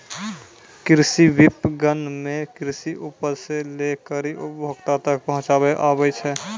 कृषि विपणन मे कृषि उपज से लै करी उपभोक्ता तक पहुचाबै आबै छै